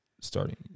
Starting